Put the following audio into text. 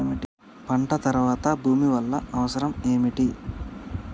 పంట తర్వాత భూమి వల్ల అవసరం ఏమిటి?